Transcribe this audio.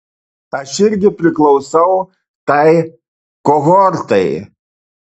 aš irgi priklausau tai kohortai